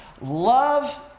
love